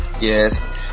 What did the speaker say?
Yes